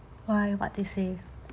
why what they say